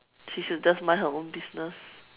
she should just mind her own business